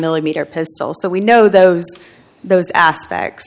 millimeter pistol so we know those those aspects